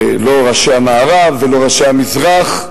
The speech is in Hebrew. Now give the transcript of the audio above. לא ראשי המערב ולא ראשי המזרח,